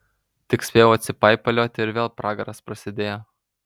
tik spėjau atsipaipalioti ir vėl pragaras prasidėjo